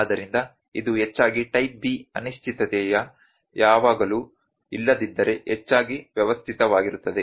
ಆದ್ದರಿಂದ ಇದು ಹೆಚ್ಚಾಗಿ ಟೈಪ್ B ಅನಿಶ್ಚಿತತೆಯು ಯಾವಾಗಲೂ ಇಲ್ಲದಿದ್ದರೆ ಹೆಚ್ಚಾಗಿ ವ್ಯವಸ್ಥಿತವಾಗಿರುತ್ತದೆ